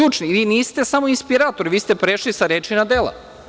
Vi niste samo inspirator, vi ste prešli sa reči na dela.